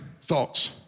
thoughts